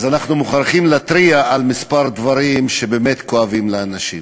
אנחנו מוכרחים להתריע על כמה דברים שבאמת כואבים לאנשים.